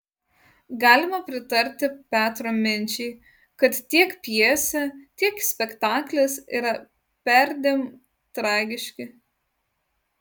galima pritarti petro minčiai kad tiek pjesė tiek spektaklis yra perdėm tragiški